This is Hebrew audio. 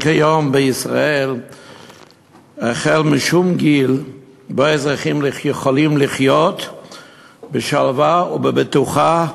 אין כיום בישראל שום גיל שבו אזרחים יכולים לחיות בשלווה ובבטחה,